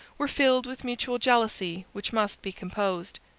were filled with mutual jealousy which must be composed.